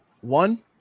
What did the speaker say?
One